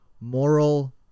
moral